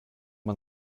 man